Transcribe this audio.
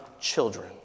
children